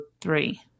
three